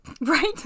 Right